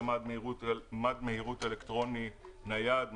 מד מהירות אלקטרוני נייד,